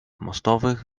mostowych